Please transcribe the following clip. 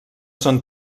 són